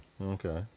Okay